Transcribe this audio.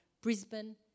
Brisbane